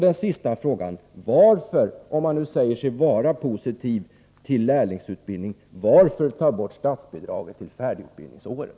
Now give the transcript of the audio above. Min sista fråga lyder: Om man säger sig vara positiv till lärlingsutbildning, varför tar man då bort statsbidraget till färdigutbildningsåret?